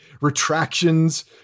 retractions